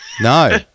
no